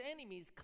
enemies